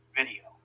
video